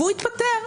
הוא התפטר,